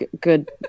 good